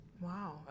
Wow